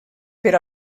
per